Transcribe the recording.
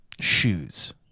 shoes